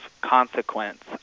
consequence